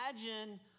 imagine